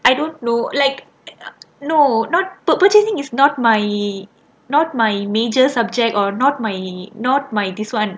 I don't know like no not but purchasing is not my not my major subject or not my not my this [one]